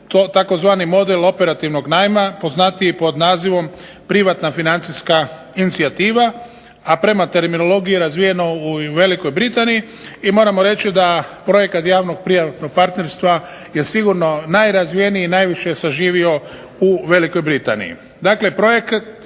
tzv. "model operativnog najma" poznatiji pod nazivom privatna financijska inicijativa, a prema terminologiji razvijenoj u Velikoj Britaniji. I moramo reći da projekat javno-privatnog partnerstva je sigurno najrazvijeniji i najviše je saživio u Velikoj Britaniji.